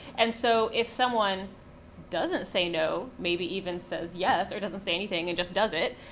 and so if someone doesn't say no, maybe even says yes or doesn't say anything and just does it,